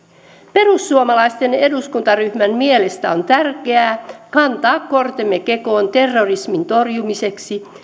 perussuomalaisten eduskuntaryhmän mielestä on tärkeää kantaa kortemme kekoon terrorismin torjumiseksi